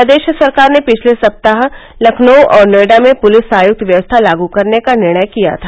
प्रदेश सरकार ने पिछले सप्ताहे लखनऊ और नोएडा में पुलिस आयुक्त व्यवस्था लागू करने का निर्णय किया था